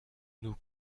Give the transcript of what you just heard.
nous